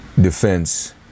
Defense